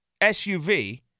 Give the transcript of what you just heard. SUV